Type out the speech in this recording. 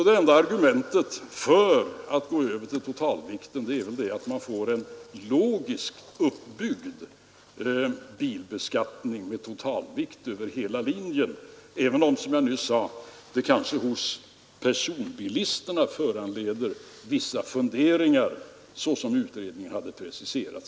Det enda argumentet för att gå över till totalviktsberäkning är alltså att man får en logiskt uppbyggd bilbeskattning med totalvikt över hela linjen även om, som jag nyss sade, utredningens förslag såsom det preciserats föranlett vissa funderingar hos personbilisterna.